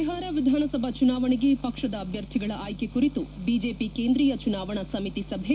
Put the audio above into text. ಬಿಹಾರ ವಿಧಾನಸಭಾ ಚುನಾವಣೆಗೆ ಪಕ್ಷದ ಅಭ್ಯರ್ಥಿಗಳ ಆಯ್ಲೆ ಕುರಿತು ಬಿಜೆಪಿ ಕೇಂದ್ರಿಯ ಚುನಾವಣಾ ಸಮಿತಿ ಸಭೆ